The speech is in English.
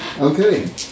Okay